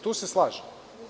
Tu se slažem.